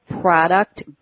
product